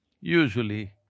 usually